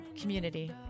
community